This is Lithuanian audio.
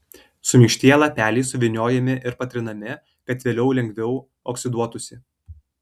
suminkštėję lapeliai suvyniojami ir patrinami kad vėliau lengviau oksiduotųsi